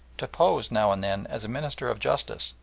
to pose now and then as a minister of justice,